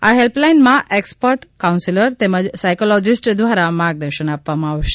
આ હેલ્પલાઇનમાં expert counsellor તેમજ સાયકોલોજીસ્ટ દ્વારા માર્ગદર્શન આપવામાં આવશે